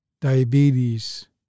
diabetes